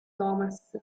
thomas